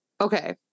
okay